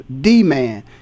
D-Man